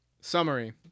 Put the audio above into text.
Summary